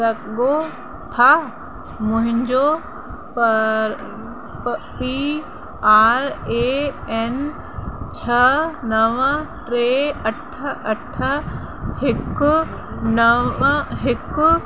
सघो था मुंहिंजो पर पी आर ए एन छह नव टे अठ अठ हिकु नव हिकु